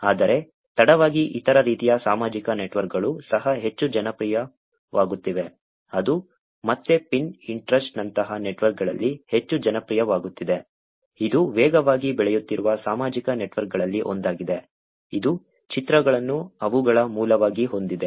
ಆದರೆ ತಡವಾಗಿ ಇತರ ರೀತಿಯ ಸಾಮಾಜಿಕ ನೆಟ್ವರ್ಕ್ಗಳು ಸಹ ಹೆಚ್ಚು ಜನಪ್ರಿಯವಾಗುತ್ತಿವೆ ಅದು ಮತ್ತೆ Pinterest ನಂತಹ ನೆಟ್ವರ್ಕ್ಗಳಲ್ಲಿ ಹೆಚ್ಚು ಜನಪ್ರಿಯವಾಗುತ್ತಿದೆ ಇದು ವೇಗವಾಗಿ ಬೆಳೆಯುತ್ತಿರುವ ಸಾಮಾಜಿಕ ನೆಟ್ವರ್ಕ್ಗಳಲ್ಲಿ ಒಂದಾಗಿದೆ ಇದು ಚಿತ್ರಗಳನ್ನು ಅವುಗಳ ಮೂಲವಾಗಿ ಹೊಂದಿದೆ